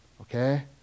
Okay